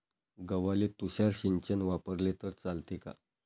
गव्हाले तुषार सिंचन वापरले तर चालते का?